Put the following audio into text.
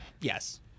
Yes